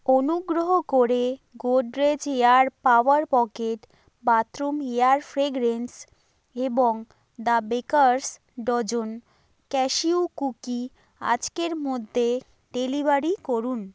অনুগ্রহ করে Godrej air power pocket bathroom air fragrance এবং the baker's dozen cashew cookie আজকের মধ্যে ডেলিভারি করুন